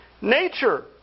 nature